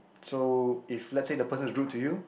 so if let say the person is rude to you